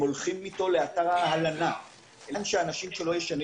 הולכים איתו לאתר ההלנה לוודא שהאנשים שלו ישנים